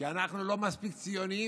כי אנחנו לא מספיק ציוניים,